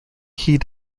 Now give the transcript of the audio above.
heat